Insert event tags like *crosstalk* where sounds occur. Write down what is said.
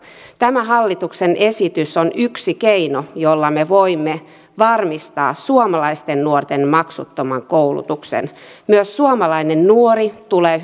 tämä hallituksen esitys on yksi keino jolla me voimme varmistaa suomalaisten nuorten maksuttoman koulutuksen myös suomalainen nuori tulee *unintelligible*